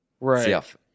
Right